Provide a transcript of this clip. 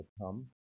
come